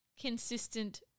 consistent